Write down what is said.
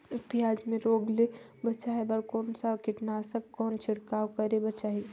पियाज मे रोग ले बचाय बार कौन सा कीटनाशक कौन छिड़काव करे बर चाही?